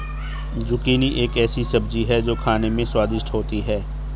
zucchini एक ऐसी सब्जी है जो खाने में स्वादिष्ट होती है